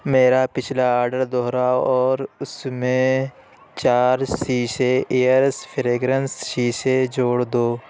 میرا پچھلا آڈر دوہراؤ اور اس میں چار سیشے آئیریس فریگرنس سیشے جوڑ دو